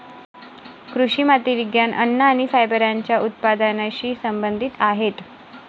कृषी माती विज्ञान, अन्न आणि फायबरच्या उत्पादनाशी संबंधित आहेत